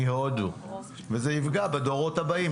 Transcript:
וזה יפגע בדורות הבאים,